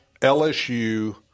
LSU